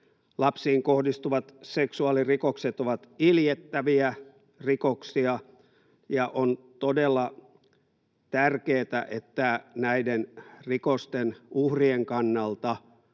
Lapsiin kohdistuvat seksuaalirikokset ovat iljettäviä rikoksia, ja on todella tärkeätä, että näiden rikosten uhrien kannalta